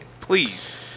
please